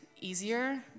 easier